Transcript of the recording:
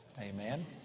Amen